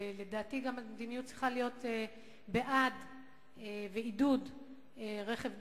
ולדעתי המדיניות צריכה להיות בעד עידוד רכב דו-גלגלי,